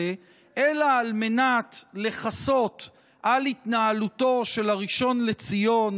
אלא על מנת לכסות על התנהלותו של הראשון לציון,